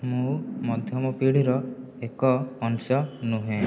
ମୁଁ ମଧ୍ୟମ ପିଢ଼ିର ଏକ ଅଂଶ ନୁହେଁ